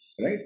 right